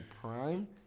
prime